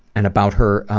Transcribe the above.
and about her